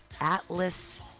Atlas